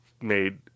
made